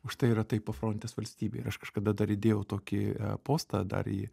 užtai yra tai pafrontės valstybė ir aš kažkada dar įdėjau tokį postą dar į